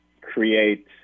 create